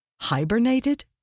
hibernated